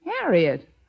Harriet